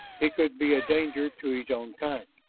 he could be a danger to his own kind.